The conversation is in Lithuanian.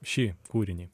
šį kūrinį